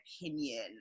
opinion